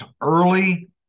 early